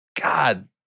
God